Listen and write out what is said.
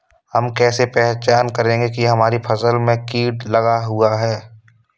हम कैसे पहचान करेंगे की हमारी फसल में कीट लगा हुआ है?